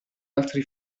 altri